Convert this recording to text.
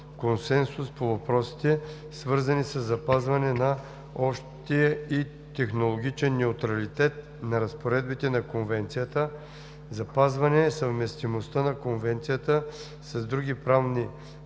консенсус по въпросите, свързани със запазване на общия и технологичен неутралитет на разпоредбите на Конвенцията, запазване съвместимостта на Конвенцията с други правни